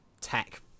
tech